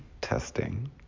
testing